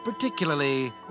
particularly